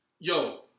Yo